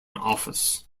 office